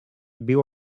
viu